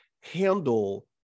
handle